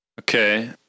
Okay